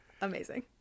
Amazing